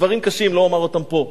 דברים קשים, לא אומר אותם פה.